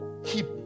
Keep